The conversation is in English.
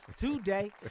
today